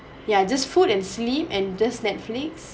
ya just food and sleep and just Netflix